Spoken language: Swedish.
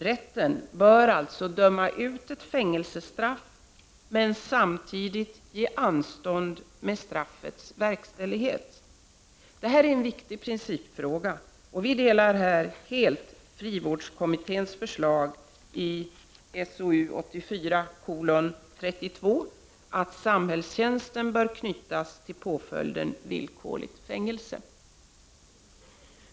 Rätten bör alltså döma ut ett fängelsestraff, men samtidigt bevilja anstånd med straffets verkställighet. Detta är en viktig principfråga. Vi delar här helt frivårdskommitténs förslag i SOU 1984:32 att samhällstjänsten bör knytas till påföljden villkorligt fängelse.